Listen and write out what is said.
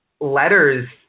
letters